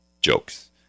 Jokes